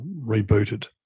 rebooted